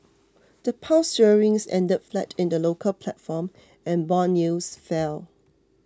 the Pound sterling ended flat in the local platform and bond yields fell